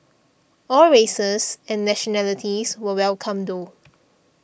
all races and nationalities were welcome though